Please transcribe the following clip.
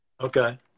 Okay